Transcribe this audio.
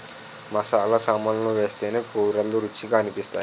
మసాలా సామాన్లు వేస్తేనే కూరలు రుచిగా అనిపిస్తాయి